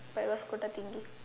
where was Kota-Tinggi